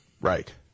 Right